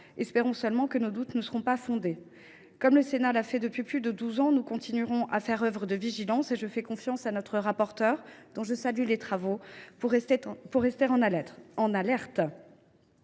espérons seulement que nos doutes ne seront pas fondés. Comme le Sénat le fait depuis plus de douze ans, il continuera de faire œuvre de vigilance et je fais confiance à notre rapporteure, dont je salue les travaux, pour rester en alerte